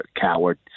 coward